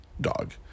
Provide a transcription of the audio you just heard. dog